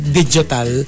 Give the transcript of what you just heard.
digital